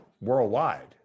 worldwide